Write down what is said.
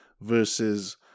versus